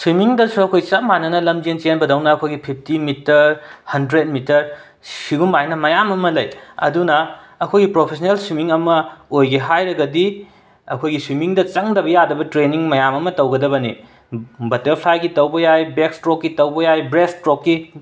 ꯁ꯭ꯋꯤꯝꯃꯤꯡꯗꯁꯨ ꯑꯩꯈꯣꯏ ꯆꯞ ꯃꯅꯅ ꯂꯝꯖꯦꯟ ꯆꯦꯟꯕꯗꯧꯅ ꯑꯩꯈꯣꯏꯒꯤ ꯐꯤꯐꯇꯤ ꯃꯤꯇꯔ ꯍꯟꯗ꯭ꯔꯦꯗ ꯃꯤꯇꯔ ꯁꯤꯒꯨꯃꯥꯏꯅ ꯃꯌꯥꯝ ꯑꯃ ꯂꯩ ꯑꯗꯨꯅ ꯑꯩꯈꯣꯏꯒꯤ ꯄ꯭ꯔꯣꯐꯦꯁꯟꯅꯦꯜ ꯁ꯭ꯋꯤꯝꯃꯤꯡ ꯑꯃ ꯑꯣꯏꯒꯦ ꯍꯥꯏꯔꯒꯗꯤ ꯑꯩꯈꯣꯏꯒꯤ ꯁ꯭ꯋꯤꯝꯃꯤꯡꯗ ꯆꯪꯗꯕ ꯌꯥꯗꯕ ꯇ꯭ꯔꯦꯟꯅꯤꯡ ꯃꯌꯥꯝ ꯑꯃ ꯇꯧꯒꯗꯕꯅꯤ ꯕꯠꯇꯔꯐ꯭ꯂꯥꯏꯒꯤ ꯇꯧꯕ ꯌꯥꯏ ꯕꯦꯛꯁꯇ꯭ꯔꯣꯛꯀꯤ ꯇꯧꯕ ꯌꯥꯏ ꯕ꯭ꯔꯦꯁꯠꯁꯇ꯭ꯔꯣꯛꯀꯤ